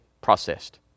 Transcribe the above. processed